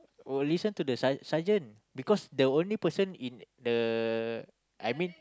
will listen to the ser~ sergeant because the only person in the I mean